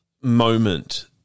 moment